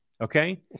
okay